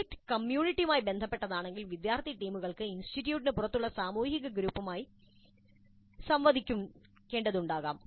project കമ്മ്യൂണിറ്റിയുമായി ബന്ധപ്പെട്ടതാണെങ്കിൽ വിദ്യാർത്ഥി ടീമുകൾ ഇൻസ്റ്റിറ്റ്യൂട്ടിന് പുറത്തുള്ള സാമൂഹിക ഗ്രൂപ്പുകളുമായി സംവദിക്കുന്നുണ്ടാകാം